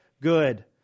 good